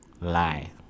lie